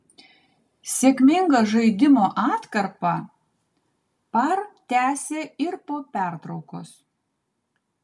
sėkmingą žaidimo atkarpą par tęsė ir po pertraukos